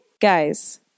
Guys